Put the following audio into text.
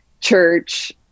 church